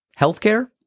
Healthcare